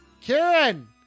Karen